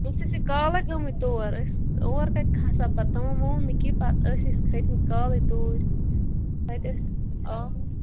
أسۍ ٲسی کالے گٲمٕتۍ تور أسۍ اور کتہِ کھسہٕ ہا پتہٕ تِمو مون نہٕ کیٚنٛہہ پتہٕ ٲسۍ أسۍ کھٔتۍ مٕتۍ کالے توٗرۍ